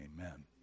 Amen